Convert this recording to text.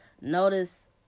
notice